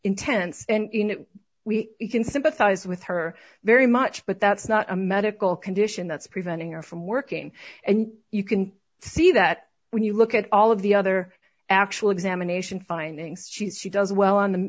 intense and you know we can sympathize with her very much but that's not a medical condition that's preventing her from working and you can see that when you look at all of the other actual examination findings she's she does well on the